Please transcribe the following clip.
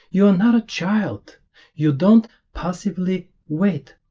you are not a child you don't passively wait,